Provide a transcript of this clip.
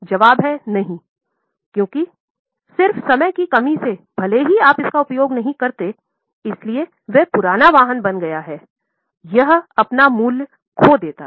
जवाब नहीं है क्योंकि सिर्फ समय की कमी से भले ही आप इसका उपयोग नहीं करते इसलिए यह पुराना वाहन बन गया है यह अपना मूल्य खो देता है